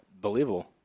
Believable